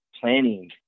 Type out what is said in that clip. planning